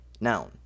noun